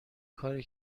کاری